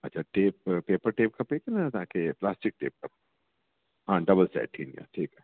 अच्छा tape paper tape खपे की ना तव्हां खे प्लास्टिक टेप हा ठीकु आहे डबल साइड थींदी आहे ठीकु आहे